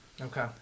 Okay